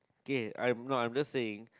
K I'm not I'm just saying